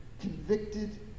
convicted